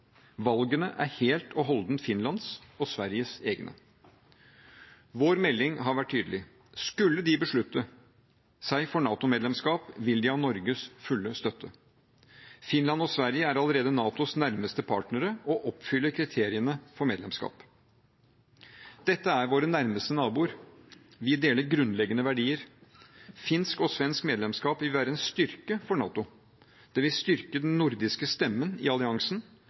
Valgene er helt og holdent Finlands og Sveriges egne. Vår melding har vært tydelig: Skulle de beslutte seg for NATO-medlemskap, vil de ha Norges fulle støtte. Finland og Sverige er allerede NATOs nærmeste partnere og oppfyller kriteriene for medlemskap. Dette er våre nærmeste naboer. Vi deler grunnleggende verdier. Finsk og svensk medlemskap vil være en styrke for NATO. Det vil styrke den nordiske stemmen i alliansen,